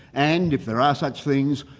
and, if there are such things,